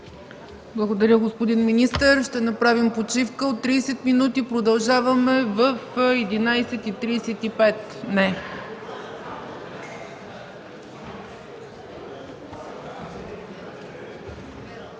Благодаря, господин министър. Ще направим почивка от 30 минути. Продължаваме в 11,35